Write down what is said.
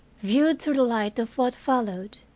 viewed through the light of what followed,